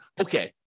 okay